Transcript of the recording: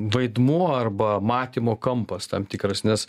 vaidmuo arba matymo kampas tam tikras nes